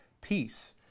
peace